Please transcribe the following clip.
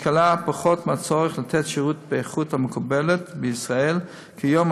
משקלה פחות מהצורך לתת שירות באיכות המקובלת בישראל כיום,